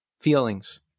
Feelings